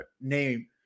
name